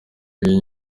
iyi